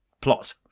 plot